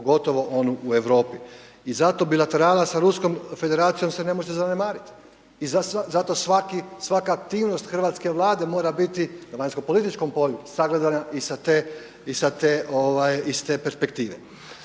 pogotovo onu u Europi. I zato bilaterala sa Ruskom federacijom se ne može zanemariti i zato svaka aktivnost hrvatske Vlade mora biti na vanjsko-političkom polju sagledana i sa te perspektive.